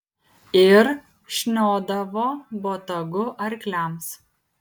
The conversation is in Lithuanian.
ir šniodavo botagu arkliams